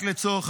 רק לצורך,